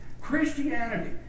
Christianity